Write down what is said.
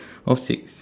or six